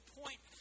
point